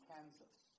Kansas